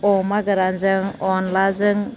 अमा गोरानजों अनलाजों